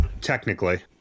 technically